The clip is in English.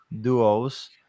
duos